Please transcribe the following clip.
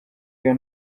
iyo